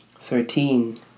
Thirteen